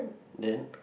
then